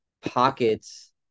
pockets